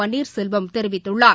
பன்னீர்செல்வம் தெரிவித்துள்ளார்